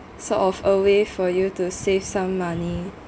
sort of a way for you to save some money